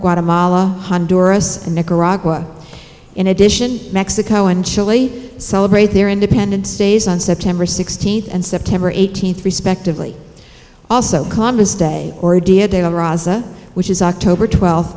guatemala honduras and nicaragua in addition mexico and chile celebrate their independence stays on september sixteenth and september eighteenth respectively also columbus day or dia de rosa which is october twel